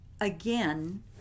again